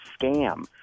scam